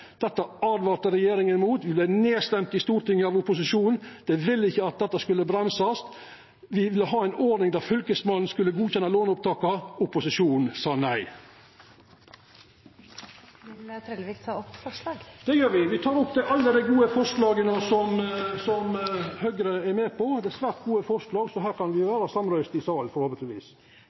i Stortinget av opposisjonen. Dei ville ikkje at dette skulle bremsast. Me ville ha ei ordning der Fylkesmannen skulle godkjenna låneopptaka. Opposisjonen sa nei. Eg tek til slutt opp alle dei gode forslaga som Høgre er med på. Det er svært gode forslag, så her kan me vera samrøysta i salen,